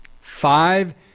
five